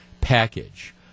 package